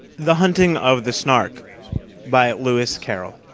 the hunting of the snark by lewis carroll